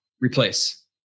replace